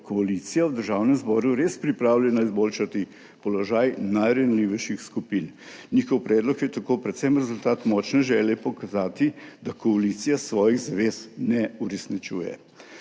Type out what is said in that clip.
koalicija v Državnem zboru, res pripravljena izboljšati položaj najranljivejših skupin. Njihov predlog je tako predvsem rezultat močne želje pokazati, da koalicija svojih zavez ne uresničuje,